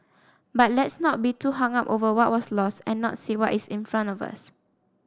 but let's not be too hung up over what was lost and not see what is in front of us